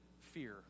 fear